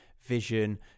vision